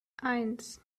eins